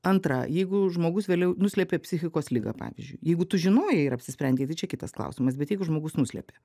antra jeigu žmogus vėliau nuslėpė psichikos ligą pavyzdžiui jeigu tu žinojai ir apsisprendei tai čia kitas klausimas bet jeigu žmogus nuslėpė